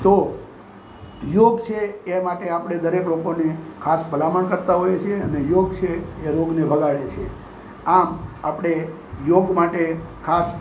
તો યોગ છે એ માટે આપણે દરેક લોકોને ખાસ ભલામણ કરતા હોઈએ છીએ અને યોગ છે એ રોગને ભગાડે છે આમ આપણે યોગ માટે ખાસ